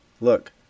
look